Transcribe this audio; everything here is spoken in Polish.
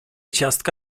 ciastka